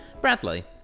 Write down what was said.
Bradley